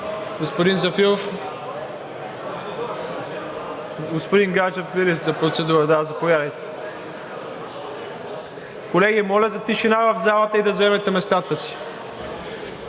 Колеги, моля за тишина в залата и да заемете местата си